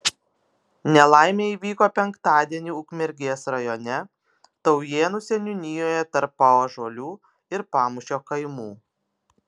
nelaimė įvyko penktadienį ukmergės rajone taujėnų seniūnijoje tarp paąžuolių ir pamūšio kaimų